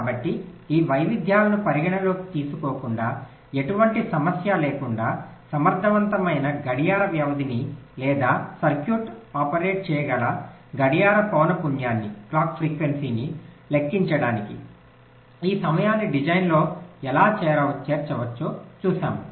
కాబట్టి ఈ వైవిధ్యాలను పరిగణనలోకి తీసుకోకుండా ఎటువంటి సమస్య లేకుండా సమర్థవంతమైన గడియార వ్యవధిని లేదా సర్క్యూట్ ఆపరేట్ చేయగల గడియార పౌన పున్యాన్ని లెక్కించడానికి ఈ సమయాన్ని డిజైన్లో ఎలా చేర్చవచ్చో చూశాము